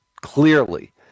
clearly